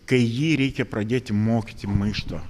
kai jį reikia pradėti mokyti maišto